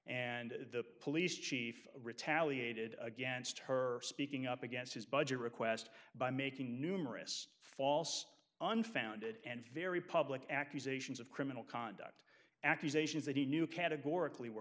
and the police chief retaliated against her speaking up against his budget request by making numerous false unfounded and very public accusations of criminal conduct accusations that he knew categorically were